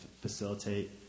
facilitate